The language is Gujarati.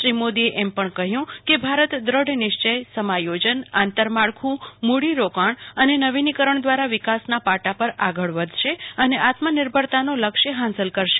શ્રી મોદીએ એમ પણ કહ્યું કે ભારત દ્રઢ નિશ્ચય સમાયોજન આંતરમાળખુ મૂડીરોકાણ અને નવીનીકરણ દ્વારા વિકાસના પાટા પર આગળ વધશે અને આત્મનિર્ભરતાનો લક્ષ્ય હાંસલ કરશે